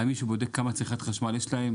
האם מישהו בודק מה צריכת החשמל שלהם?